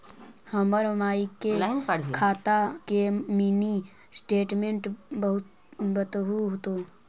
हमर माई के खाता के मीनी स्टेटमेंट बतहु तो?